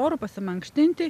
oru pasimankštinti